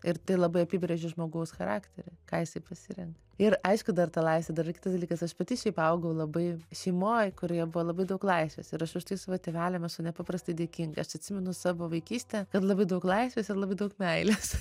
ir tai labai apibrėžia žmogaus charakterį ką jisai pasirenka ir aišku dar ta laisvė dar ir kitas dalykas aš pati šiaip augau labai šeimoj kurioje buvo labai daug laisvės ir aš už tai savo tėveliam esu nepaprastai dėkinga aš atsimenu savo vaikystę kad labai daug laisvės ir labai daug meilės